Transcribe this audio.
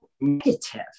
negative